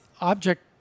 object